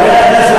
חברי הכנסת,